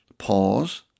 pause